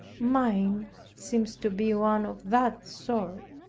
mine seems to be one of that sort.